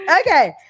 Okay